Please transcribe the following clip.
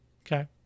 Okay